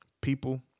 People